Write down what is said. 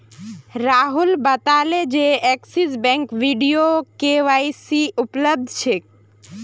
राहुल बताले जे एक्सिस बैंकत वीडियो के.वाई.सी उपलब्ध छेक